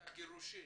את הגירושין,